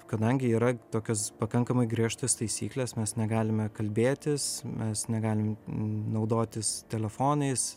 kadangi yra tokios pakankamai griežtos taisyklės mes negalime kalbėtis mes negalim n naudotis telefonais